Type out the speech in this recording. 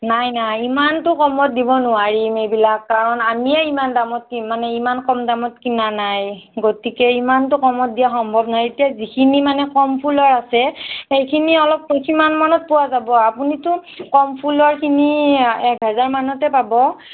নাই নাই ইমানটো কমত দিব নোৱাৰিম এইবিলাক কাৰণ আমিয়েই ইমান দামত মানে ইমান কম দামত কিনা নাই গতিকে ইমানটো কমত দিয়াৰ সম্ভৱ নহয় এতিয়া যিখিনি মানে কম ফুলৰ আছে সেইখিনি অলপ সিমান মানত পোৱা যাব আপুনিতো কম ফুলৰ খিনি এক হাজাৰ মানতে পাব